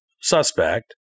suspect